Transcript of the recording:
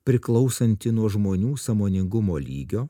priklausanti nuo žmonių sąmoningumo lygio